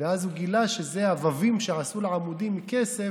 ואז גילה שהווִים שעשו לעמודים מכסף,